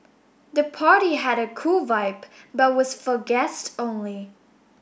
the party had a cool vibe but was for guests only